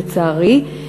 לצערי,